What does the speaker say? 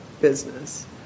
business